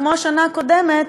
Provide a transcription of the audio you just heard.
כמו השנה הקודמת,